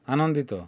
ଆନନ୍ଦିତ